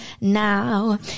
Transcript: now